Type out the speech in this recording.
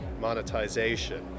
monetization